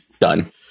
Done